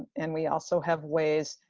and we also have ways,